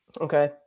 Okay